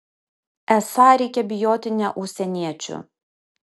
esą reikia bijoti ne užsieniečių